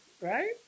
right